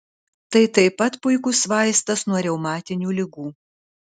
tai taip pat puikus vaistas nuo reumatinių ligų